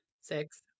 six